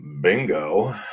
Bingo